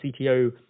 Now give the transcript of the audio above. CTO